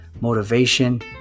motivation